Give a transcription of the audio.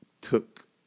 took